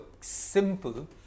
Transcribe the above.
simple